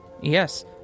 yes